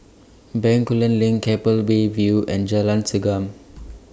Bencoolen LINK Keppel Bay View and Jalan Segam